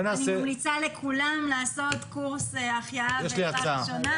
אני ממליצה לכולם לעשות קורס החייאה ועזרה ראשונה.